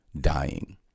Dying